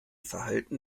verhalten